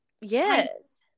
Yes